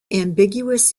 ambiguous